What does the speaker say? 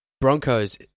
Broncos